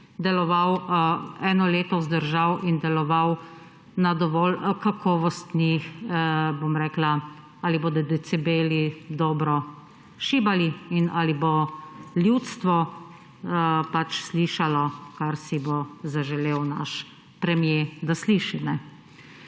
deloval eno leto vzdržal in deloval na dovolj kakovostnih, bom rekla, ali bodo decibeli dobro šibali in ali bo ljudstvo pač slišalo kar si bo zaželel naš premier da sliši.